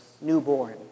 newborn